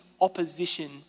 opposition